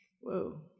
whoa